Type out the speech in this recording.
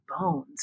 bones